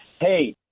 Hey